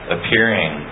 Appearing